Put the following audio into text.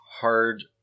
hard